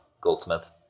Goldsmith